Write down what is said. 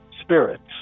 spirits